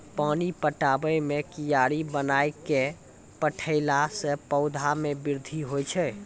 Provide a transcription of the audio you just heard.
पानी पटाबै मे कियारी बनाय कै पठैला से पौधा मे बृद्धि होय छै?